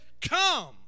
come